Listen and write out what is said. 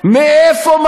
תבדוק מאיפה,